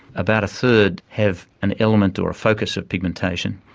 about a third have an element or a focus of pigmentation,